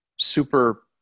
super